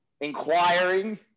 inquiring